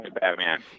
Batman